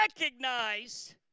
recognize